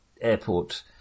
airport